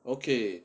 okay